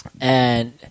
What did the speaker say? and-